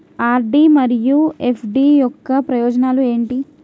RD మరియు FD యొక్క ప్రయోజనాలు ఏంటి?